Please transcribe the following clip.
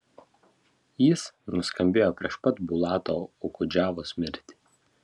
jis nuskambėjo prieš pat bulato okudžavos mirtį